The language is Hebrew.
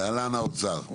בבקשה.